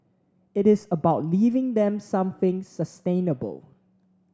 it is about leaving them something sustainable